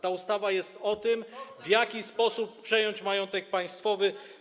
Ta ustawa jest o tym, w jaki sposób przejąć majątek państwowy.